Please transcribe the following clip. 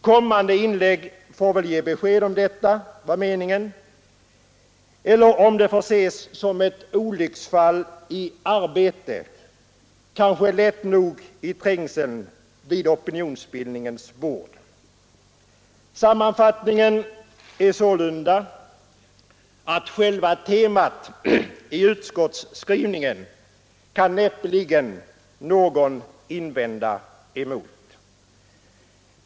Kommande inlägg får väl ge besked om detta var meningen eller om uttalandet får ses som ett olycksfall i arbetet, kanske lätt nog i trängseln vid opinionsbildningens bord. Sammanfattningen är sålunda att själva temat i utskottsskrivningen kan näppeligen någon invända emot.